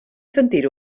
sentir